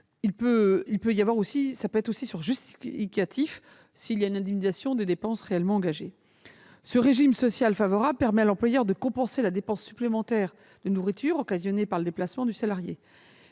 de prendre son repas au restaurant -ou sur justificatifs lorsqu'il s'agit d'une indemnisation des dépenses réellement engagées. Ce régime social favorable permet à l'employeur de compenser la dépense supplémentaire de nourriture occasionnée par le déplacement du salarié.